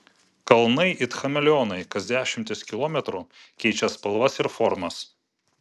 kalnai it chameleonai kas dešimtis kilometrų keičia spalvas ir formas